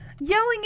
yelling